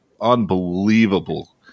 unbelievable